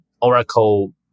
Oracle